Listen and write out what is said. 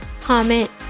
comment